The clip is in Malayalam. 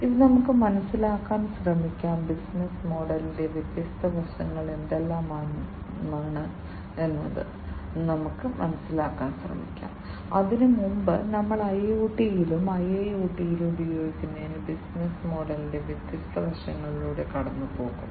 ഇനി നമുക്ക് മനസ്സിലാക്കാൻ ശ്രമിക്കാം ബിസിനസ്സ് മോഡലിന്റെ വ്യത്യസ്ത വശങ്ങൾ എന്തെല്ലാമാണ് നമ്മൾ മനസിലാക്കാൻ ശ്രമിക്കണം അതിനുമുമ്പ് നമ്മൾ IoT യിലും IIoT യിലും ഉപയോഗിക്കുന്നതിന് ബിസിനസ്സ് മോഡലിന്റെ വ്യത്യസ്ത വശങ്ങളിലൂടെ കടന്നുപോകും